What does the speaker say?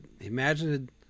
imagined